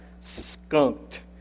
skunked